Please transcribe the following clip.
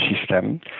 system